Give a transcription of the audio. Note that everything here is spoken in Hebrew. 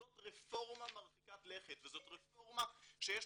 זאת רפורמה מרחיקת לכת וזאת רפורמה שיש